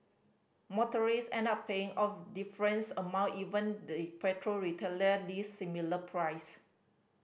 motorist end up paying of difference amount even the petrol retailer list similar price